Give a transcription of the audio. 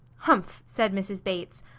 humph! said mrs. bates.